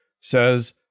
says